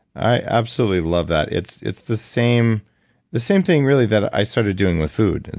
i absolutely love that. it's it's the same the same thing really, that i started doing with food. and